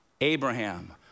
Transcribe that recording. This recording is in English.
Abraham